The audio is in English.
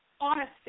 honesty